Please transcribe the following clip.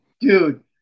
dude